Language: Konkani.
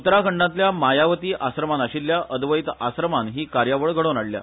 उत्तराखंडातल्या मायावती आश्रमान आशिल्ल्या अद्वैत आश्रमान ही कार्यावळी घडोवन हाडल्या